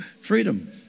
Freedom